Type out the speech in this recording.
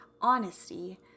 honesty